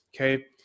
okay